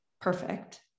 perfect